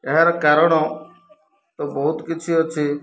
ଏହାର କାରଣ ତ ବହୁତ କିଛି ଅଛି